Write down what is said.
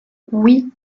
oui